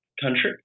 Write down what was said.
country